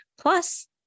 Plus